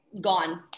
gone